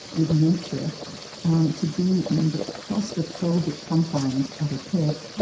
with nature um to be in the claustrophobic confines of a pit